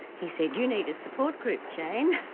he said you need a support group jane